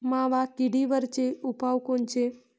मावा किडीवरचे उपाव कोनचे?